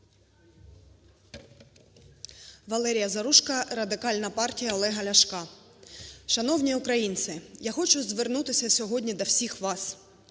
ВалеріяЗаружко, Радикальна партія Олега Ляшка. Шановні українці, я хочу звернутися сьогодні до всіх вас!